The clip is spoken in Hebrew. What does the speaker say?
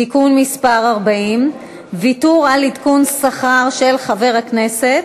(תיקון מס' 40) (ויתור על עדכון שכר של חבר הכנסת),